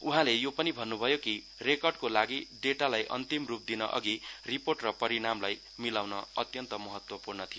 उहाँले यो पनि भन्नुभयो कि रेकर्डको लागि डेटालाई अन्तिमरूप दिनअधि रिपोर्ट र परिणामलाई मिलाउन अत्यन्त महत्त्वपूर्ण थियो